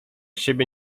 siebie